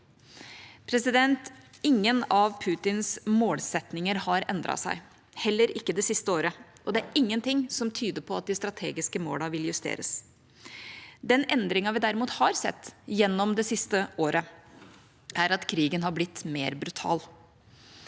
Ingen av Putins målsettinger har endret seg, heller ikke det siste året, og det er ingenting som tyder på at de strategiske målene vil justeres. Den endringen vi derimot har sett gjennom det siste året, er at krigen har blitt mer brutal.